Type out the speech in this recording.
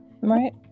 right